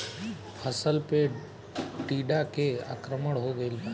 फसल पे टीडा के आक्रमण हो गइल बा?